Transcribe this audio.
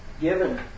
Given